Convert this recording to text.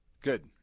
Good